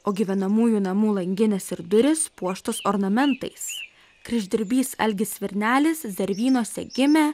o gyvenamųjų namų langinės ir durys puoštos ornamentais kryždirbys algis svirnelis zervynose gimė